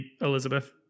Elizabeth